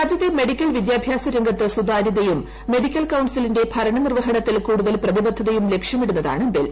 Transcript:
രാജ്യത്തെ മെഡിക്കൽ വിദ്യാഭ്യാസ രംഗത്ത് സുതാര്യതയും മെഡിക്കൽ കൌൺസിലിന്റെ ഭരണ നിർവ്വഹണത്തിൽ കൂടുതൽ പ്രതിബദ്ധതയും ലക്ഷ്യമിടുന്നതാണ് ബിൽ